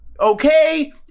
okay